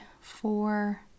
four